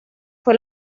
fue